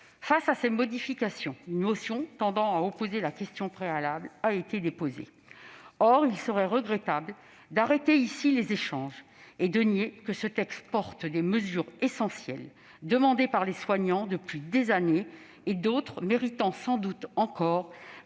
Face à ces modifications, une motion tendant à opposer la question préalable a été déposée. Or il serait regrettable d'arrêter ici les échanges : ce texte contient des mesures essentielles, demandées par les soignants depuis des années. D'autres méritent sans doute encore